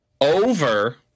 over